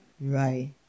Right